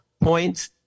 points